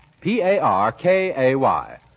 P-A-R-K-A-Y